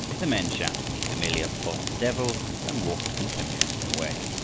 the men shouted the familiar foreign devil and walked contemptuously away.